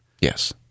Yes